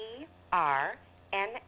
E-R-N